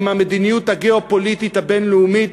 עם המדיניות הגיאו-פוליטית הבין-לאומית,